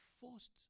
forced